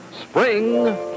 spring